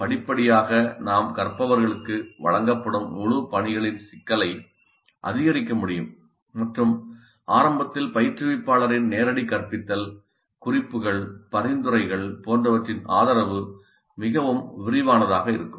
படிப்படியாக நாம் கற்பவர்களுக்கு வழங்கப்படும் முழு பணிகளின் சிக்கலை அதிகரிக்க முடியும் மற்றும் ஆரம்பத்தில் பயிற்றுவிப்பாளரின் நேரடி கற்பித்தல் குறிப்புகள் பரிந்துரைகள் போன்றவற்றின் ஆதரவு மிகவும் விரிவானதாக இருக்கும்